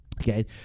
okay